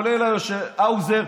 כלול האוזר,